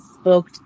spoke